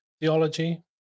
theology